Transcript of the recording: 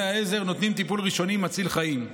העזר נותנים טיפול ראשוני מציל חיים.